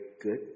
good